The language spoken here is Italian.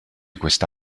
questa